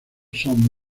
son